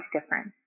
different